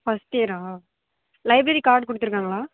first இயரா library card கொடுத்துருக்காங்களா